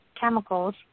chemicals